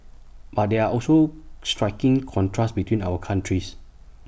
but there are also striking contrasts between our countries